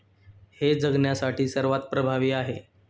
हे जगण्यासाठी सर्वात प्रभावी आहे